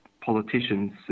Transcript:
politicians